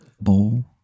bowl